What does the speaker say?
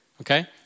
okay